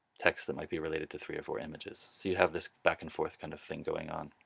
text that might be related to three or four images. so you have this back and forth kind of thing going on.